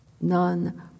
none